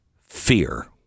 fear